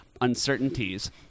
uncertainties